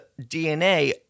DNA